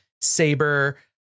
Saber